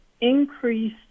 increase